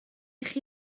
chi